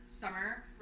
summer